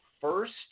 first